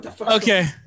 Okay